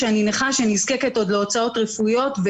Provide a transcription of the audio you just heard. שאני נכה שנזקקת עוד להוצאות רפואיות,